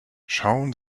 schauen